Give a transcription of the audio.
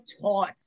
taught